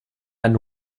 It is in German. einen